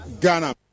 ghana